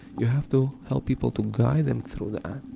you have to help people to guide them through that.